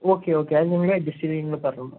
okay okay അത് നിങ്ങൾ adjust ചെയ്ത് നിങ്ങൾ പറഞ്ഞോളൂ